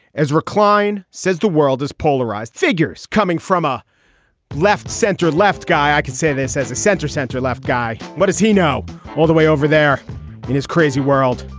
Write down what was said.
as recline says, the world is polarized. figures coming from a left center left guy i could say this as a center center left guy. what does he know all the way over there in his crazy world?